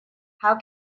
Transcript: how